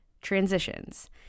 transitions